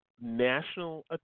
national